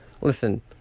Listen